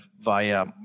via